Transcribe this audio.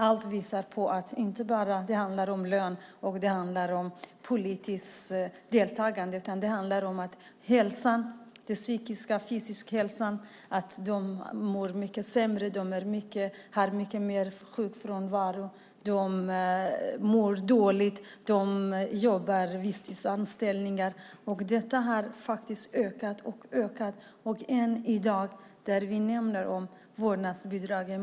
Allt visar på att det inte bara handlar om lön och politiskt deltagande, utan också om den fysiska och psykiska hälsan. De mår mycket sämre och har mycket mer sjukfrånvaro, de har visstidsanställningar och så vidare. Detta har ökat hela tiden. I dag talar vi om vårdnadsbidrag.